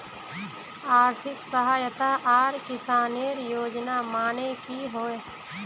आर्थिक सहायता आर किसानेर योजना माने की होय?